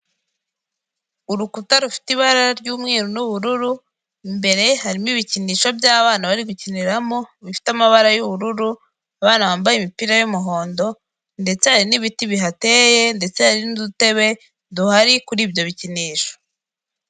Urukuta rufite ibara ry'umweru n'ubururu, imbere harimo ibikinisho by'abana bari gukiniramo bifite amabara y'ubururu, abana bambaye imipira y'umuhondo ndetse hari n'ibiti bihateye ndetse hari n'udutebe duhari kuri ibyo bikinisho.